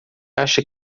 acha